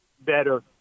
better